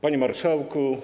Panie Marszałku!